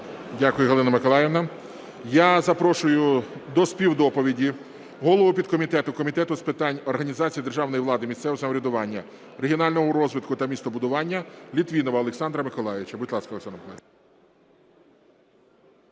Дякую, Галина Миколаївна. Я запрошую до співдоповіді голову підкомітету Комітету з питань організації державної влади, місцевого самоврядування, регіонального розвитку та містобудування Літвінова Олександра Миколайовича. Будь ласка, Олександр Миколайович.